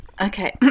Okay